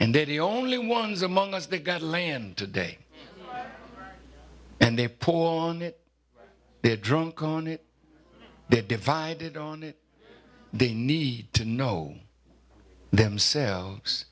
and they the only ones among us they got a land today and they poor on it they're drunk on it they're divided on it they need to know themselves